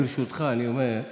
ברשותך, אני אומר: